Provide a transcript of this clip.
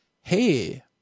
Hey